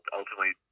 ultimately